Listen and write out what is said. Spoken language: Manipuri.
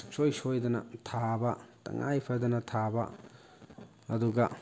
ꯁꯨꯡꯁꯣꯏ ꯁꯣꯏꯗꯅ ꯊꯥꯕ ꯇꯉꯥꯏꯐꯗꯅ ꯊꯥꯕ ꯑꯗꯨꯒ